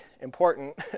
important